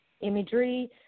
imagery